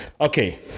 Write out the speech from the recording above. Okay